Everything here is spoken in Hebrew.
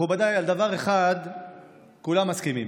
מכובדיי, על דבר אחד כולנו מסכימים,